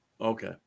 Okay